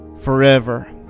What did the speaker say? Forever